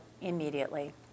immediately